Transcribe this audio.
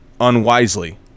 unwisely